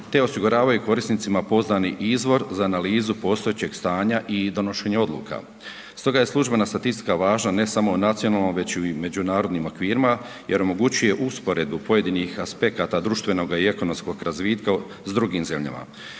te osiguravaju korisnika poznani izvor za analizu postojećeg stanja i donošenja odluka. Stoge je službena statistika važna ne samo u nacionalnom već i u međunarodnim okvirima jer omogućuje usporedbu pojedinih aspekata društvenog i ekonomskog razvitka s drugim zemljama.